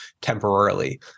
temporarily